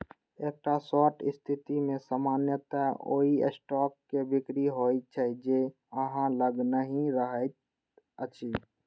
एकटा शॉर्ट स्थिति मे सामान्यतः ओइ स्टॉक के बिक्री होइ छै, जे अहां लग नहि रहैत अछि